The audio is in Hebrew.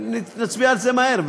שנצביע על זה מהר,